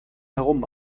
herum